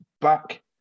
back